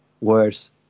words